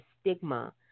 stigma